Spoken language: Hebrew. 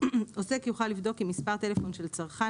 עוסק יוכל לבדוק אם מספר טלפון של צרכן